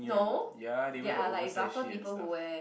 no there are like buffer people who wear